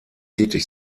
tätig